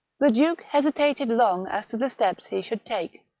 the duke hesitated long as to the steps he should take.